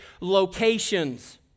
locations